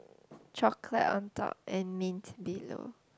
chocolate on top and mint below